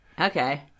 Okay